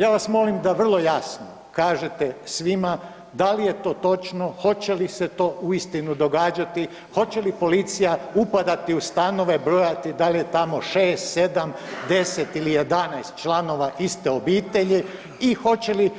Ja vas molim da vrlo jasno kažete svima, da li je to točno, hoće li se to uistinu događati, hoće li policija upadati u stanove brojati da li je tamo 6, 7, 10 ili 11 članova iste obitelji i hoće li